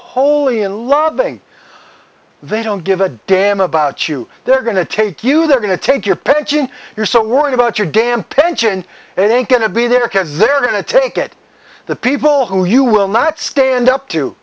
holy and loving they don't give a damn about you they're going to take you they're going to take your pension you're so worried about your damn pension it isn't going to be there because they're going to take it the people who you will not stand up to